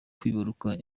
kwibaruka